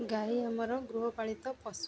ଗାଈ ଆମର ଗୃହପାଳିତ ପଶୁ